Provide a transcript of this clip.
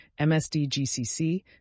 MSDGCC